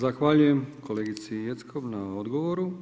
Zahvaljujem kolegici Jeckov na odgovoru.